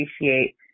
appreciate